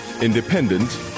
independent